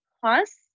plus